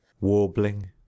Warbling